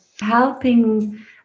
helping